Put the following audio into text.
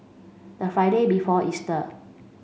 the Friday before Easter